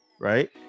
Right